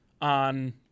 on